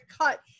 cut